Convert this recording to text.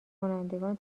کنندگان